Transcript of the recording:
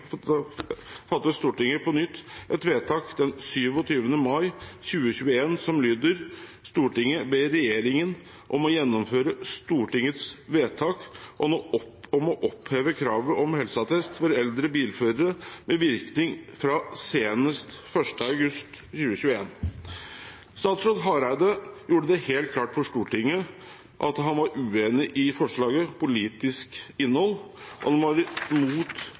Stortinget på nytt et vedtak den 27. mai 2021, som lyder: «Stortinget ber regjeringen om å gjennomføre Stortingets vedtak om å oppheve kravet om helseattest for eldre bilførere med virkning fra senest 1. august 2021.» Statsråd Hareide gjorde det helt klart for Stortinget at han var uenig i forslagets politiske innhold.